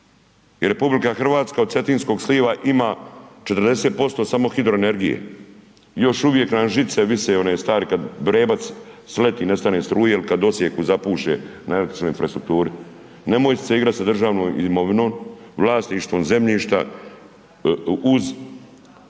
Perućom, jer RH od cetinskog sliva ima 40% samo hidroenergije. Još uvijek nam žice vise one stare kad vrebac sleti nestane struje ili kad u Osijeku zapuše na električnoj infrastrukturi. Nemojte se igrati sa državnom imovinom, vlasništvom zemljišta uz